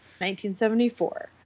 1974